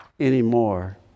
Anymore